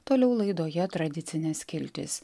toliau laidoje tradicinė skiltis